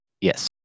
Yes